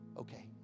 Okay